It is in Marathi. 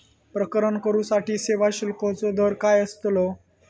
प्रकरण करूसाठी सेवा शुल्काचो दर काय अस्तलो?